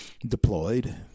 deployed